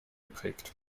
geprägt